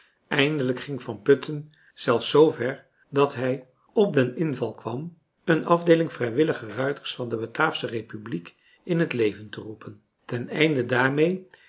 eindelijk ging van putten zelfs zoover dat hij op den inval kwam een afdeeling vrijwillige ruiters van de bataafsche republiek in het leven te roepen ten einde daarmee